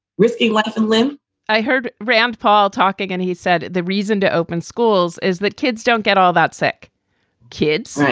risky. what the and limit i heard rand paul talking and he said the reason to open schools is that kids don't get all that sick kids.